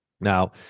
Now